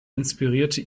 inspirierte